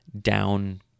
down